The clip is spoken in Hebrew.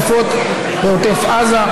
בנושא: השרפות בעוטף עזה.